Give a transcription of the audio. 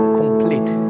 complete